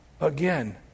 Again